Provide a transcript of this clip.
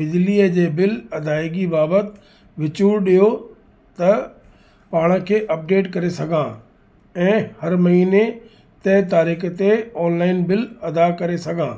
बिजलीअ जे बिल अदायगी बाबति विचूड़ ॾियो त पाण खे अपडेट करे सघां ऐं हर महीने तइ तारीख़ ते ऑनलाइन बिल अदा करे सघां